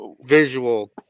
visual